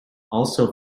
also